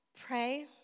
Pray